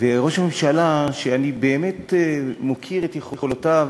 וראש הממשלה, שאני באמת מוקיר את יכולותיו